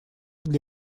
для